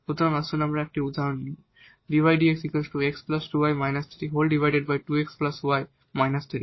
সুতরাং আসুন আমরা এই একটি উদাহরণ করি